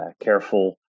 careful